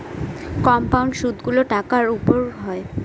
compound সুদগুলো টাকার উপর হয়